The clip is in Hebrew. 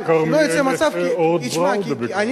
אבל שלא יצא מצב, יש "אורט בראודה" בכרמיאל.